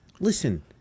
Listen